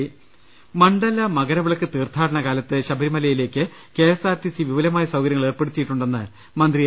്്്്്്് മണ്ഡല മകരവിളക്ക് തീർത്ഥാടനകാലത്ത് ശബരിമലയിലേക്ക് K S R T C വിപുലമായ സൌകര്യങ്ങൾ ഏർപ്പെടുത്തിയിട്ടുണ്ടെന്ന് മന്ത്രി എ